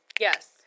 Yes